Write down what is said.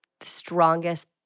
strongest